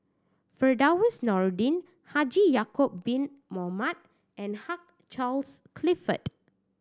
Firdaus Nordin Haji Ya'acob Bin Mohamed and Hugh Charles Clifford